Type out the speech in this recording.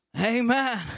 Amen